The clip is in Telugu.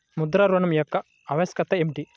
ముద్ర ఋణం యొక్క ఆవశ్యకత ఏమిటీ?